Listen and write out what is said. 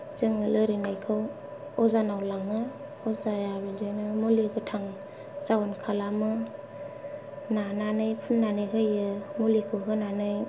जोङो लोरिनायखौ अजानाव लाङो अजाया बिदिनो मुलि गोथां जावोन खालामो नानानै फुन्नानै होयो मुलिखौ होनानै